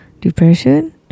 Depression